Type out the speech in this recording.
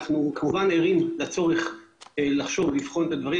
אנחנו כמובן ערים לצורך לחשוב ולבחון את הדברים.